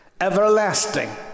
everlasting